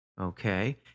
okay